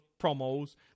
promos